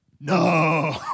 no